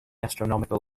astronomical